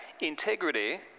integrity